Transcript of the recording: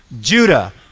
Judah